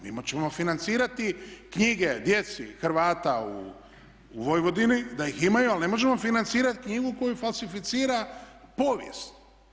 Mi ćemo financirati knjige djeci Hrvata u Vojvodini da ih imaju ali ne možemo financirati knjigu koju falsificira povijest.